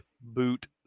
boot